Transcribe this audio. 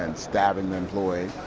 and stabbing the employee,